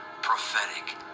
Prophetic